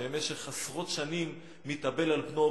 שבמשך עשרות שנים מתאבל על בנו,